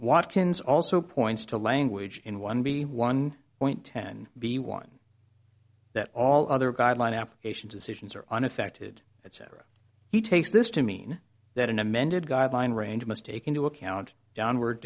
walk ins also points to language in one b one point ten b one that all other guideline application decisions are unaffected etc he takes this to mean that an amended guideline range must take into account downward